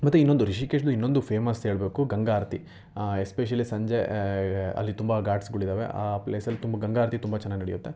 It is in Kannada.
ಮತ್ತು ಇನ್ನೊಂದು ರಿಷಿಕೇಶ್ದು ಇನ್ನೊಂದು ಫೇಮಸ್ ಹೇಳಬೇಕು ಗಂಗಾ ಆರತಿ ಎಸ್ಪೆಷಲಿ ಸಂಜೆ ಅಲ್ಲಿ ತುಂಬ ಘಾಟ್ಸ್ಗಳು ಇದ್ದಾವೆ ಆ ಪ್ಲೇಸಲ್ಲಿ ತುಂಬ ಗಂಗಾ ಆರತಿ ತುಂಬ ಚೆನ್ನಾಗಿ ನಡೆಯುತ್ತೆ